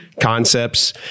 concepts